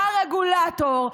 בא הרגולטור,